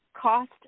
cost